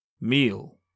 Meal